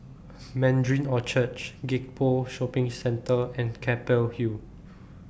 Mandarin Orchard Gek Poh Shopping Centre and Keppel Hill